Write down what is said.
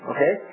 Okay